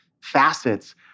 facets